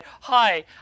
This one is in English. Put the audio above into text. Hi